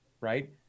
right